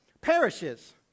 perishes